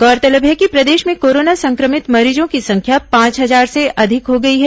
गौरतलब है कि प्रदेश में कोरोना संक्रमित मरीजों की संख्या पांच हजार से अधिक हो गई है